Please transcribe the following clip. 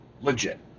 Legit